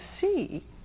see